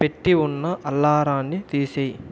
పెట్టి ఉన్న అలారాన్ని తీసేయి